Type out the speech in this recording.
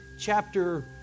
chapter